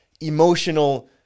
emotional